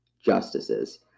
justices